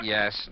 Yes